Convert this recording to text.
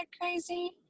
crazy